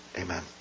Amen